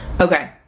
Okay